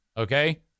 Okay